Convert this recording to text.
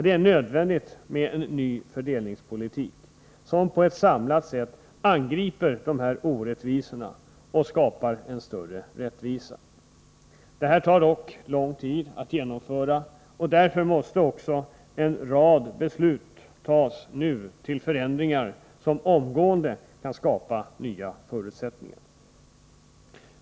Det är nödvändigt med en ny fördelningspolitik, som på ett samlat sätt angriper de här orättvisorna och skapar större rättvisa. Detta tar dock lång tid att genomföra, och därför måste en rad beslut fattas nu om förändringar som omgående kan skapa nya förutsättningar.